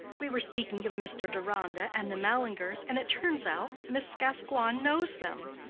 we were speaking of mr. deronda and the mallingers, and it turns out that miss gascoigne knows them.